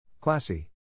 Classy